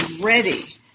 ready